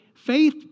Faith